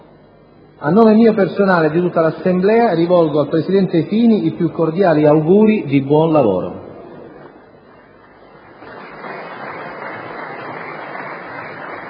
A nome mio personale e di tutta l’Assemblea rivolgo al presidente Fini i piu` cordiali auguri di buon lavoro.